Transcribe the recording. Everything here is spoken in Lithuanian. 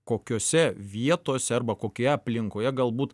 kokiose vietose arba kokioje aplinkoje galbūt